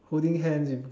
holding hands in